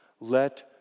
let